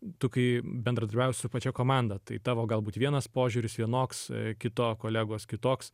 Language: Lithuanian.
tu kai bendradarbiauji su pačia komanda tai tavo galbūt vienas požiūris vienoks kito kolegos kitoks